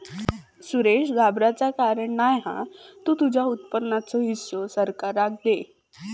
सुरेश घाबराचा कारण नाय हा तु तुझ्या उत्पन्नाचो हिस्सो सरकाराक दे